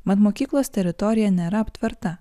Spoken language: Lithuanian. mat mokyklos teritorija nėra aptverta